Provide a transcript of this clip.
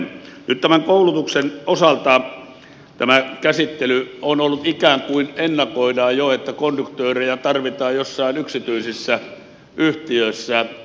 nyt tämän koulutuksen osalta tämä käsittely on ollut sellaista että ikään kuin ennakoidaan jo että konduktöörejä tarvitaan joissain yksityisissä yhtiöissä